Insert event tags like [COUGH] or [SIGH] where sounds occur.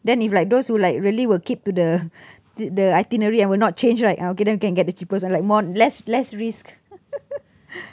then if like those who like really will keep to the the the itinerary and will not change right ah okay then we can get the cheapest ah like more less less risk [NOISE]